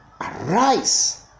Arise